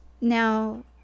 Now